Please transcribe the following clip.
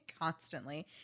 constantly